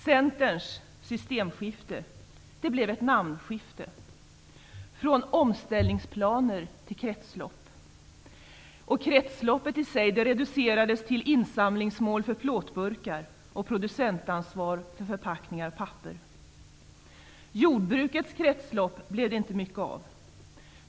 Centerns systemskifte blev ett namnskifte, från omställningsplaner till kretslopp. Och kretsloppet i sig reducerades till insamlingsmål för plåtburkar och producentansvar för förpackningar och papper. Jordbrukets kretslopp blev det inte mycket av.